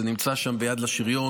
זה נמצא שם ביד לשריון,